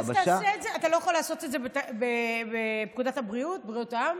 אתה לא יכול לעשות את זה בפקודת בריאות העם?